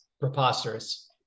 preposterous